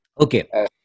Okay